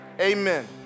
amen